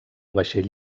vaixell